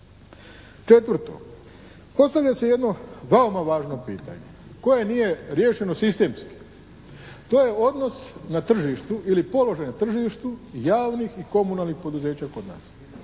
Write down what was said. Četvrto, postavlja se jedno veoma važno pitanje koje nije riješeno sistemski. To je odnos na tržištu i položaja na tržištu javnih i komunalnih poduzeća kod nas.